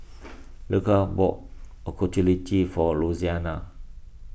Leola bought Ochazuke for Louisiana